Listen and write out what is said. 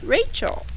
Rachel